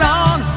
on